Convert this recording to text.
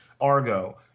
Argo